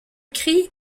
cri